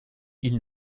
ils